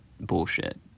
bullshit